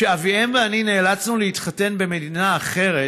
כשאביהם ואני נאלצנו להתחתן במדינה אחרת,